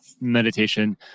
meditation